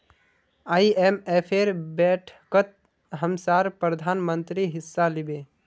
आईएमएफेर बैठकत हमसार प्रधानमंत्री हिस्सा लिबे